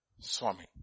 Swami